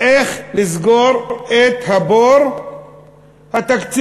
איך לסגור את הבור התקציבי.